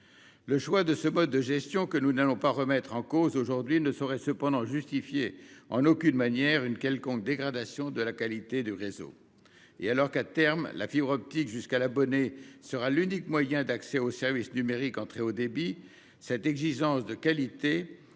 Le choix de ce mode de gestion, que nous n'allons pas remettre en cause aujourd'hui, ne saurait cependant en aucune manière justifier une quelconque dégradation de la qualité du réseau. Alors que, à terme, la fibre optique jusqu'à l'abonné sera l'unique moyen d'accès aux services numériques en très haut débit, l'exigence de qualité,